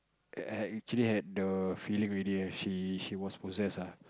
actually had the feeling already she she was possess ah